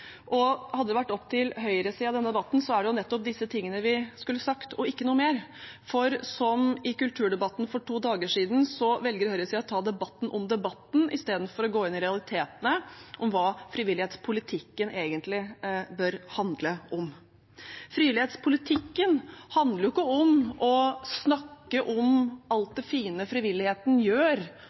Hadde det vært opp til høyresiden i denne debatten, er det nettopp disse tingene vi skulle sagt og ikke noe mer, for som i kulturdebatten for to dager siden velger høyresiden å ta debatten om debatten i stedet for å gå inn i realitetene om hva frivillighetspolitikken egentlig bør handle om. Frivillighetspolitikken handler jo ikke om å snakke om alt det fine frivilligheten gjør,